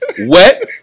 wet